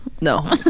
no